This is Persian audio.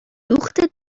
دوخت